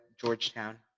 Georgetown